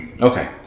Okay